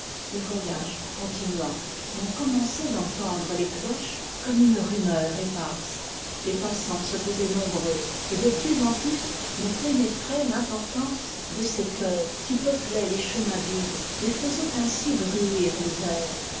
le voyage continua l'on commençait d'entendre les cloches comme une rumeur éparse les passants se faisaient nombreux et de plus en plus me pénétrait l'importance de cette heure qui peuplait les chemins vides et faisait ainsi bruire les airs